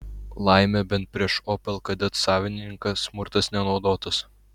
laimė bent prieš opel kadet savininką smurtas nenaudotas